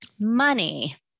money